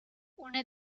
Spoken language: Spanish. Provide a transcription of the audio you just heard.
una